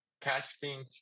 casting